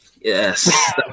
yes